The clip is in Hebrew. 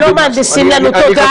הם לא מהנדסים לנו תודעה.